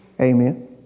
Amen